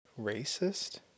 racist